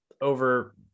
over